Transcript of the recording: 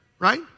right